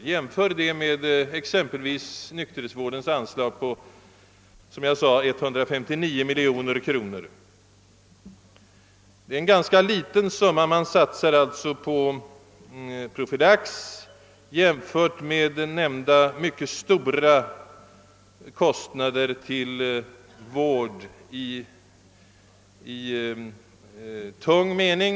Jämför detta belopp med exempelvis nykterhetsvårdens anslag på 159 miljoner kronor! Det är alltså egentligen ett relativt sett litet belopp man satsar på profylax, om man nämligen jämför med de mycket stora kostnaderna för vård i tung mening.